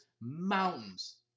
mountains